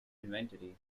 inventory